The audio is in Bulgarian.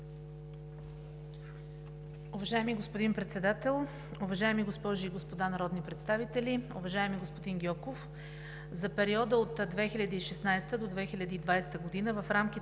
Уважаеми господин Председател, уважаеми госпожи и господа народни представители! Уважаеми господин Гьоков, за периода от 2016 г. до 2020 г. – в рамките